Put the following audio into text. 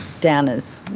downers.